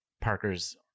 parker's